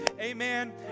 Amen